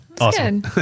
Awesome